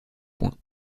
point